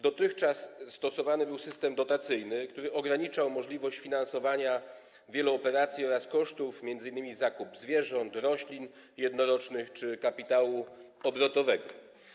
Dotychczas stosowany był system dotacyjny, który ograniczał możliwości finansowania wielu operacji oraz kosztów, m.in. zakupu zwierząt, roślin jednorocznych, czy kapitału obrotowego.